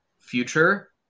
future